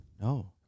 No